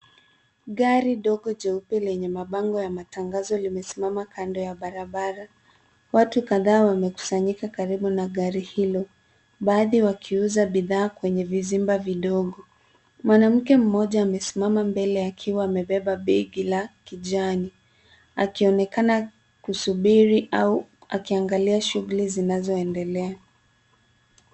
Gari dogo jeupe lenye mabango ya matangazo limesimama kando ya barabara. Watu kadhaa wamekusanyika karibu na gari hilo baadhi wakiuza bidhaa kwenye vizimba vidogo. mwanamke mmoja amesimama mbele akiwa amebeba begi la kijani akionekana kusubiri au akiangalia shughuli zinazoendelea